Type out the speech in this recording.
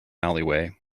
alleyway